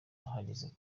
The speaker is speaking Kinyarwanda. ahagaze